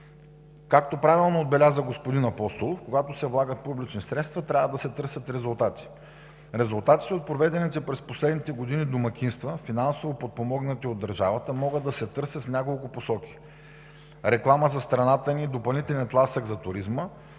Както правилно отбеляза господин Апостолов, когато се влагат публични средства, трябва да се търсят резултати. Резултатите от проведените през последните години домакинства, финансово подпомогнати от държавата, могат да се търсят в няколко посоки – реклама за страната ни, допълнителен тласък за туризма;